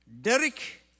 Derek